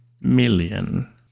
Million